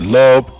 love